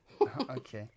Okay